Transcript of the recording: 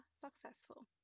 successful